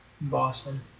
Boston